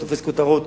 תופס כותרות.